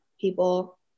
people